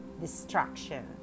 destruction